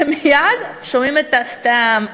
ומייד שומעים את ה"סתם",